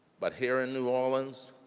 but here in new orleans,